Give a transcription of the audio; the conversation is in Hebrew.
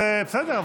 בסדר,